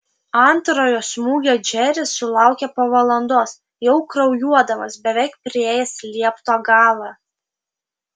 antrojo smūgio džeris sulaukė po valandos jau kraujuodamas beveik priėjęs liepto galą